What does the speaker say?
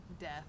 death